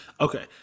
Okay